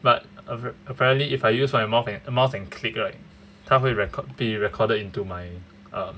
but a~ apparently if I use my mouth and mouse and clicked right 他会 record be recorded into my uh